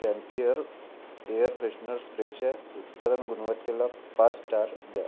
कॅम्पीयर air freshener स्प्रेच्या उत्पादन गुणवत्तेला पाच स्टार द्या